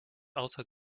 außer